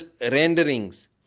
renderings